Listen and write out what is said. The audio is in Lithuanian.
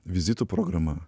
vizitų programa